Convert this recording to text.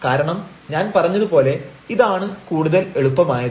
കാരണം ഞാൻ പറഞ്ഞതുപോലെ ഇതാണ് കൂടുതൽ എളുപ്പമായത്